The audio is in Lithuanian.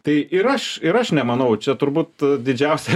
tai ir aš ir aš nemanau čia turbūt didžiausia